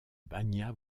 banja